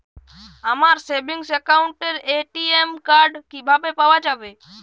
আমার সেভিংস অ্যাকাউন্টের ATM card কিভাবে পাওয়া যাবে?